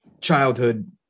childhood